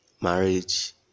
Marriage